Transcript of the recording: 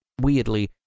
weirdly